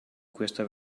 questa